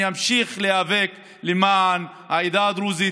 אני אמשיך להיאבק למען העדה הדרוזית,